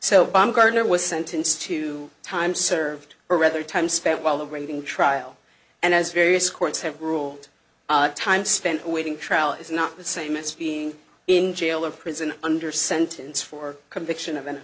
baumgardner was sentenced to time served or rather time spent while awaiting trial and as various courts have ruled the time spent waiting trial is not the same as being in jail or prison under sentence for conviction of an